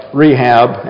rehab